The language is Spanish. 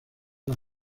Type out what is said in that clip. las